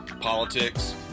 politics